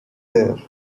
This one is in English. there